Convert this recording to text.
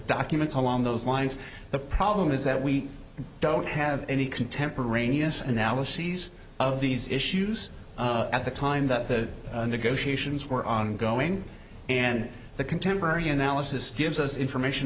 documents along those lines the problem is that we don't have any contemporaneous analyses of these issues at the time that the negotiations were ongoing and the contemporary analysis gives us information